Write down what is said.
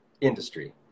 industry